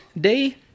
Day